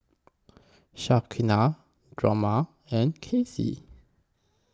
Shaquana Drema and Kasey